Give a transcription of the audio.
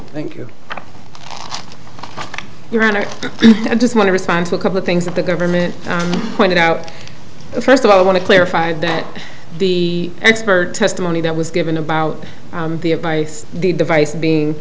thank you your honor i just want to respond to a couple of things that the government pointed out first of all i want to clarify that the expert testimony that was given about the a by the device being